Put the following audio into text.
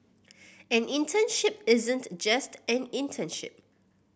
an internship isn't just an internship